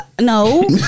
No